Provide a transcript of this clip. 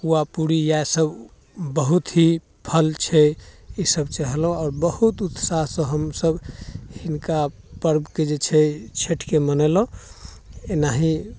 पुआ पूरी इएह सभ बहुत ही फल छै ई सभ चाहलो आओर बहुत उत्साहसँ हमसभ हिनका पर्वके जे छै छठिके मनेलहुँ एनाही